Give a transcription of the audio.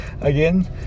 again